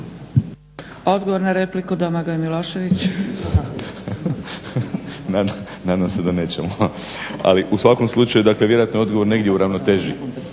**Milošević, Domagoj Ivan (HDZ)** Nadam se da nećemo, ali u svakom slučaju dakle vjerojatno je odgovor negdje u ravnoteži,